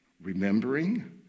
Remembering